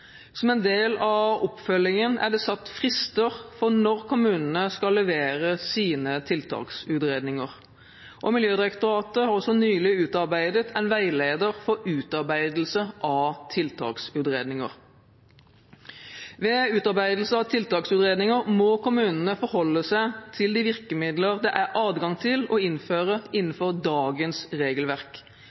Som en del av oppfølgingen er det satt frister for når kommunene skal levere sine tiltaksutredninger. Miljødirektoratet har også nylig utarbeidet en veileder for utarbeidelse av tiltaksutredninger. Ved utarbeidelse av tiltaksutredningene må kommunene forholde seg til de virkemidler det er adgang til å innføre innenfor dagens regelverk.